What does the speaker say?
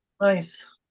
nice